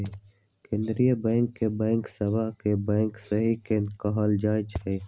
केंद्रीय बैंक के बैंक सभ के बैंक सेहो कहल जाइ छइ